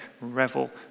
revel